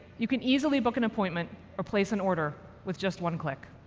you can easily book an appointment or place an order with just one click.